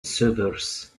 suburbs